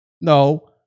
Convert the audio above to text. No